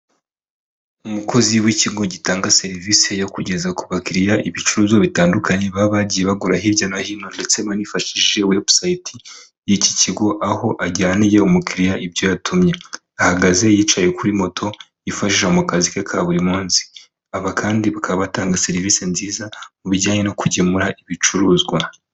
Umukozi w'ikigo gitanga serivisi yo kugeza ku bakiriya ibicuruzwa bitandukanye, baba bagiye bagura hirya no hino, ndetse banifashishije webusayiti y'iki kigo, aho ajyaniye umukiriya ibyo yatumye, ahagaze yicaye kuri moto yifashisha mu kazi ke ka buri munsi, aba kandi bakaba batanga serivisi nziza mu bijyanye no kugemura ibicuruzwa.